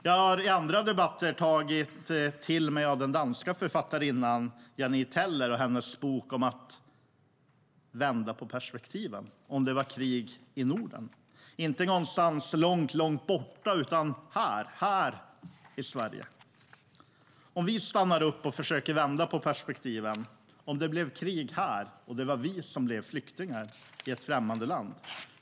Jag har i andra debatter tagit till mig av den danska författarinnan Janne Teller och hennes bok Om det var krig i Norden . Det handlar om att vända på perspektiven, alltså om det blev krig här i Sverige och inte någonstans långt borta, och om att stanna upp och försöka vända på perspektiven - att det är vi som blir flyktingar i ett främmande land.